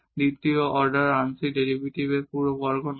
দ্বিতীয় অর্ডার আংশিক ডেরিভেটিভ পুরো বর্গ নয়